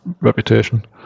reputation